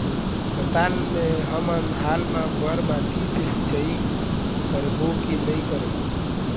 पताल मे हमन हाल मा बर माटी से सिचाई करबो की नई करों?